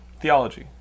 theology